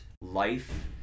life